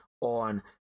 on